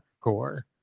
core